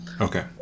Okay